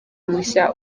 mushya